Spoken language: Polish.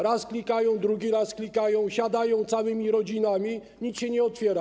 Raz klikają, drugi raz klikają, siadają całymi rodzinami, nic się nie otwiera.